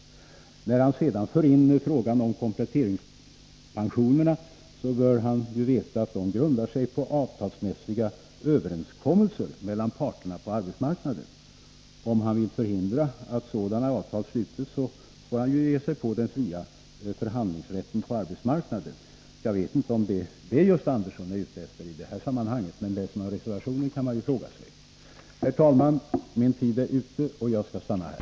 Gösta Andersson tar sedan upp frågan om kompletteringspensioner. Gösta Andersson bör veta att dessa grundar sig på avtalsmässiga överenskommelser mellan arbetsmarknadens parter. Om Gösta Andersson vill förhindra att sådana avtal sluts, ger han sig in på den fria förhandlingsrätten på arbetsmarknaden. Jag vet inte om han är ute efter detta i det här sammanhanget. Herr talman! Jag ser att min taletid är ute, så jag slutar här.